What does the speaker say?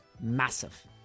massive